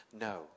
No